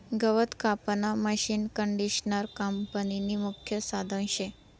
गवत कापानं मशीनकंडिशनर कापनीनं मुख्य साधन शे